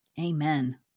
Amen